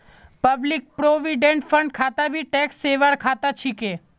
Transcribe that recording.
public provident fund खाता भी tax saver खाता छिके